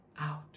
out